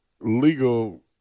legal